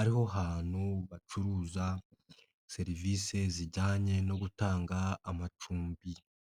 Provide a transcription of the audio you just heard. ariho hantu bacuruza serivisi zijyanye no gutanga amacumbi.